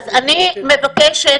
אז אני מבקשת,